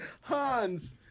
Hans